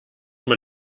man